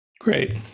Great